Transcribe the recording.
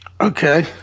Okay